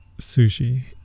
sushi